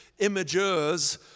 imagers